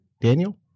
daniel